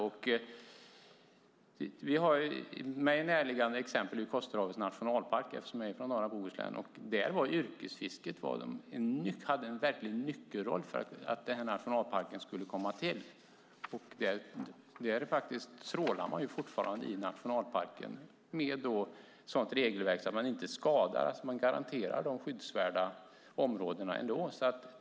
Det finns ett mig närliggande exempel, Kosterhavets nationalpark, eftersom jag kommer från norra Bohuslän. Där hade yrkesfisket en verklig nyckelroll för nationalparkens tillkomst. Där trålar man fortfarande i nationalparken enligt regler som innebär att man inte skadar utan garanterar de skyddsvärda områdena.